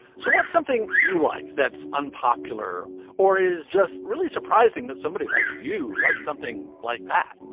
so what's something you like? that's unpopular or is just really surprising that somebody like you like something like that.